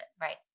Right